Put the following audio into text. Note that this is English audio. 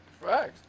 Right